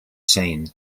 seen